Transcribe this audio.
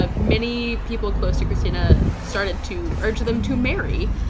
ah many people close to kristina started to urge them to marry.